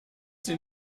sie